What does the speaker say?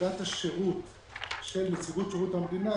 לוועדת השירות של נציבות שירות המדינה,